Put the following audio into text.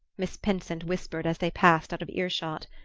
miss pinsent whispered as they passed out of earshot.